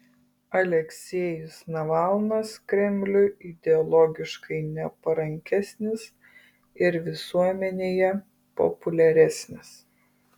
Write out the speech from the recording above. aleksejus navalnas kremliui ideologiškai neparankesnis ir visuomenėje populiaresnis